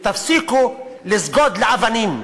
ותפסיקו לסגוד לאבנים.